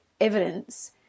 evidence